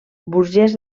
burgès